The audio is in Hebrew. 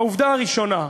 העובדה הראשונה: